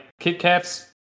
Kit-Kats